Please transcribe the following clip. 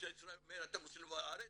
ממשלת ישראל אומרת, אתם רוצים לבוא לארץ?